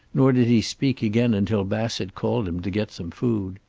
nor did he speak again until bassett called him to get some food.